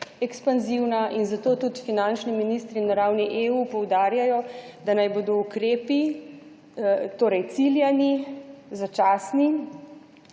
in zato tudi finančni ministri na ravni EU poudarjajo, da naj bodo ukrepi, torej ciljani, začasni.